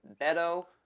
Beto